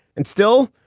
and still,